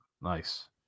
Nice